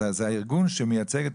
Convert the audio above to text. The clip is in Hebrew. אז זה הארגון שמייצג.